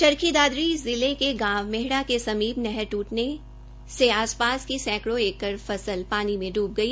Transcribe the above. चरखी दादरी जिला के गांव मेहड़ा के समीप नहर ट्रटने से आसपास की सैंकड़ों एकड़ फसल पानी में डूब गई